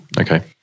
Okay